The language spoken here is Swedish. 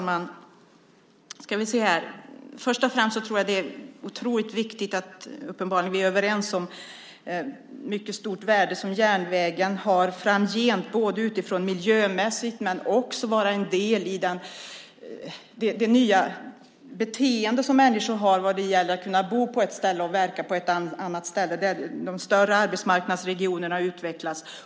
Fru talman! Först och främst tror jag att det är otroligt viktigt att vi uppenbarligen är överens om vilket stort värde järnvägen har framgent, dels miljömässigt, dels med tanke på det nya beteende som människor har - man kan bo på ett ställe och verka på ett annat. De större arbetsmarknadsregionerna utvecklas.